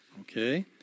Okay